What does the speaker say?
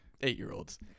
eight-year-old's